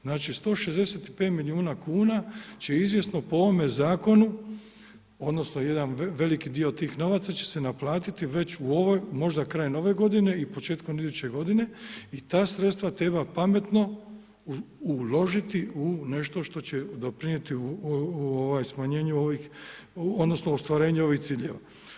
Znači 165 milijuna kuna će izvjesno po ovome zakonu, odnosno jedan veliki dio tih novaca će se naplatiti već u ovoj, možda krajem ove godine i početkom iduće godine i ta sredstva treba pametno uložiti u nešto što će doprinijeti smanjenju ovih, odnosno ostvarenju ovih ciljeva.